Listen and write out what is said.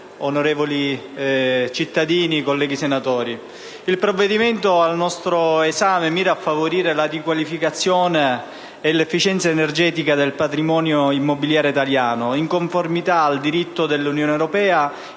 onorevoli cittadini, colleghi senatori, il provvedimento al nostro esame mira a favorire la riqualificazione e l'efficienza energetica del patrimonio immobiliare italiano, in conformità al diritto dell'Unione europea,